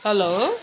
hello